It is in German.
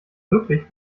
wirklich